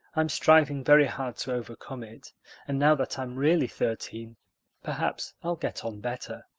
i'm striving very hard to overcome it and now that i'm really thirteen perhaps i'll get on better.